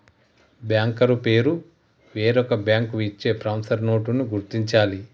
banker పేరు వేరొక bank ఇచ్చే ప్రామిసరీ నోటుని గుర్తించాలి